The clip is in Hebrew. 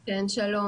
שלום,